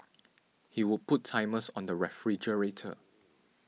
he would put timers on the refrigerator